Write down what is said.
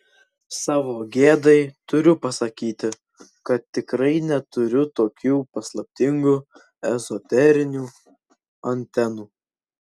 savo gėdai turiu pasakyti kad tikrai neturiu tokių paslaptingų ezoterinių antenų